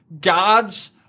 God's